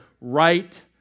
right